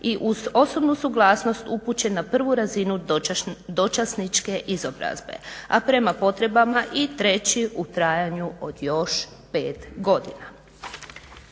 i uz osobnu suglasnost upućen na prvu razinu dočasničke izobrazbe. A prema potrebama i treći u trajanju od još 5 godina.